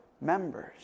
members